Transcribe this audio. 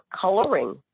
coloring